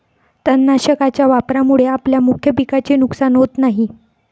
तणनाशकाच्या वापरामुळे आपल्या मुख्य पिकाचे नुकसान होत नाही